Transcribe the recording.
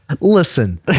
Listen